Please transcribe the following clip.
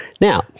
Now